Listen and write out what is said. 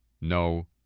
no